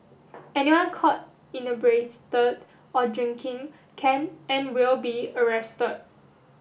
anyone caught inebriated or drinking can and will be